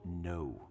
no